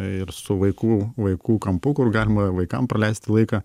ir su vaikų vaikų kampu kur galima vaikams praleisti laiką